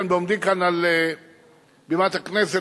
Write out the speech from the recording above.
בעומדי כאן על בימת הכנסת,